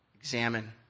examine